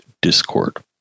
Discord